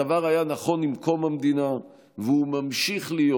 הדבר היה נכון עם קום המדינה והוא ממשיך להיות